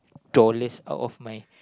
dollars out of my